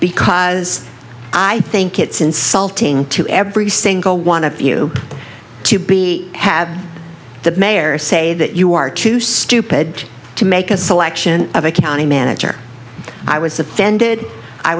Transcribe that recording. because i think it's insulting to every single one of you to be have the mayor say that you are too stupid to make a selection of a county manager i was offended i